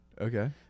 Okay